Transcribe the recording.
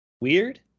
weird